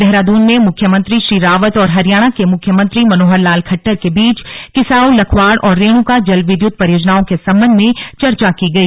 देहरादून में मुख्यमंत्री श्री रावत और हरियाणा के मुख्यमंत्री मनोहर लाल खट्टर के बीच किसाऊ लखवाड़ और रेणुका जल विद्युत परियोजनाओं के सम्बन्ध में चेर्चा की गई